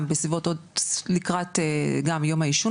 גם בסביבות לקראת יום העישון,